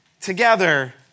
together